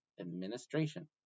administration